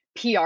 PR